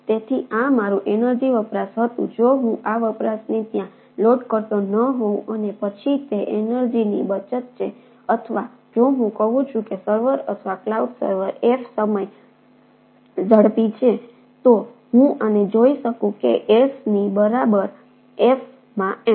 તેથી આ મારું એનર્જિ વપરાશ હતું જો હું આ વપરાશને ત્યાં લોડ કરતો ન હોઉં અને પછી આ તે એનર્જિની બચત છે અથવા જો હું કહું છું કે સર્વર અથવા ક્લાઉડ સર્વર f સમય ઝડપી છે તો હું આને જોઈ શકું કે s ની બરાબર F માં M